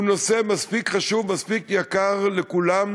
הוא נושא מספיק חשוב, מספיק יקר לכולם,